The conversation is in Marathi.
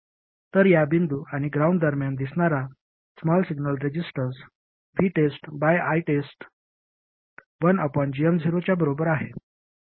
तर या बिंदू आणि ग्राउंड दरम्यान दिसणारा small signal resistance VTEST by ITEST 1gm0 च्या बरोबर आहे